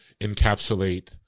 encapsulate